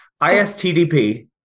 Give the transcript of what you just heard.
ISTDP